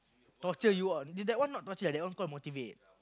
torture you ah did that one not torture at all quite motivate